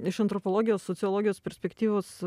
iš antropologijos sociologijos perspektyvos